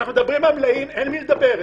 אנחנו מדברים על מלאים ואין עם מי לדבר.